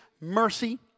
mercy